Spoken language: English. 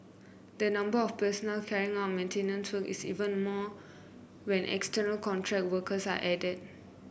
the number of personnel carry out maintenance work is even more when external contract workers are added